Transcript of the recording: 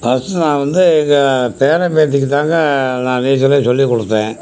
first நான் வந்து இங்கே பேரன் பேத்திக்கு தாங்க நான் நீச்சலே சொல்லிக் கொடுத்தேன்